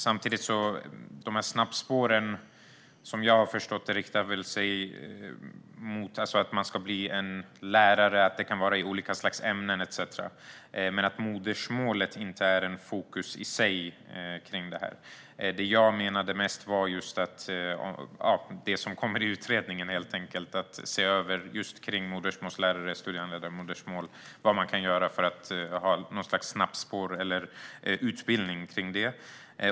Samtidigt riktar sig snabbspåren som jag har förstått det mot dem som ska bli lärare i olika ämnen etcetera, men modersmålet är inte ett fokus i sig. Det jag menade var mest det som kommer i utredningen - att se över detta med modersmålslärare och studiehandledning på modersmål och vad man kan göra för att ha någon sorts snabbspår eller utbildning för det.